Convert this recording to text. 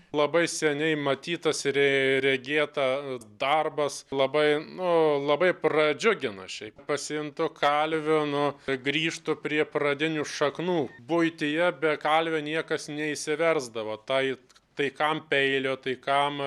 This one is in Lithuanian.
labai seniai matytas ir regėta darbas labai nu labai pradžiugina šiaip pasijuntu kalviu nu grįžtu prie pradinių šaknų buityje be kalvio niekas neišsiversdavo tai tai kam peilio tai kam